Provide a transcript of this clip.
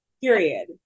period